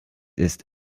ist